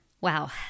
Wow